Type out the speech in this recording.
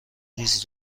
نیز